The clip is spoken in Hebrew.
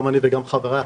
גם אני וגם חבריי,